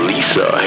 Lisa